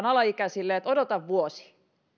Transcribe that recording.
alaikäisille että odota vuosi